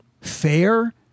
fair